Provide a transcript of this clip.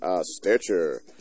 stitcher